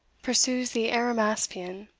pursues the arimaspian,